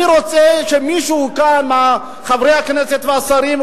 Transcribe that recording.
אני רוצה שמישהו כאן מחברי הכנסת והשרים,